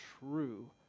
true